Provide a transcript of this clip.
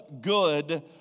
good